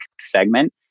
segment